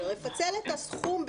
לפצל את הסכום,